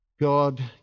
God